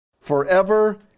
forever